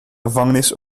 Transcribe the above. gevangenis